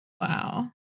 Wow